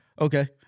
Okay